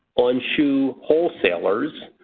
on shoe wholesalers,